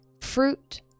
fruit